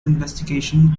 investigation